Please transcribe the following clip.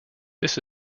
this